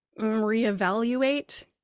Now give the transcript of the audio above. reevaluate